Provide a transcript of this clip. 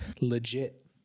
Legit